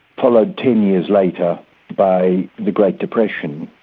followed ten years later by the great depression,